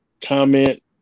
comment